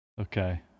Okay